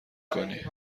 کنی